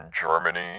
Germany